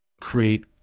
Create